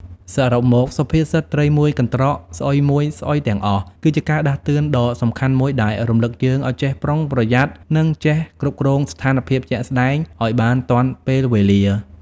សរុបមក សុភាសិត ត្រីមួយកន្រ្តក ស្អុយមួយស្អុយទាំងអស់ គឺជាការដាស់តឿនដ៏សំខាន់មួយដែលរំលឹកយើងឲ្យចេះប្រុងប្រយ័ត្ន និងចេះគ្រប់គ្រងស្ថានភាពជាក់ស្តែងឱ្យបានទាន់ពេលវេលា ។